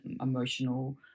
emotional